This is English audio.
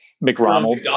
McDonald